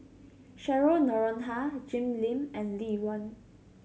Cheryl Noronha Jim Lim and Lee Wen